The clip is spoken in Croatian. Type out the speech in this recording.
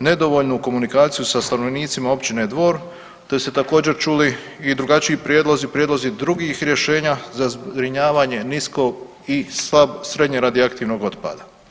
nedovoljnu komunikaciju sa stanovnicima općine Dvor, te su ste također čuli i drugačiji prijedlozi, prijedlozi drugih rješenja za zbrinjavanje nisko i srednje radioaktivnog otpada.